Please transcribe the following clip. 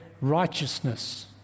righteousness